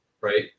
Right